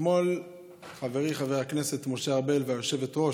אתמול חברי חבר הכנסת משה ארבל והיושבת-ראש,